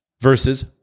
versus